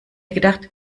gedacht